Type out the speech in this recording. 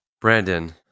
Brandon